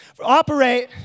operate